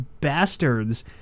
bastards